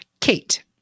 Kate